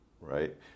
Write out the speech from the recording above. right